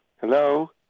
Hello